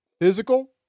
physical